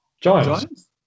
Giants